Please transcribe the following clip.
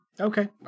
Okay